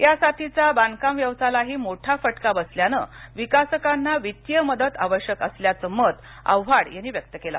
या साथीचा बांधकाम व्यवसायालाही मोठा फटका बसल्यानं विकासकांना वित्तिय मदत आवश्यक असल्याचं मत आव्हाड यांनी व्यक्त केलं